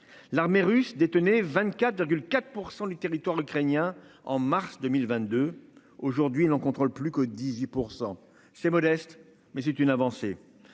L'armée russe détenez 24 4 % du territoire ukrainien en mars 2022. Aujourd'hui, il n'en contrôle plus que 18% chez modeste mais c'est une avancée.